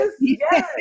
Yes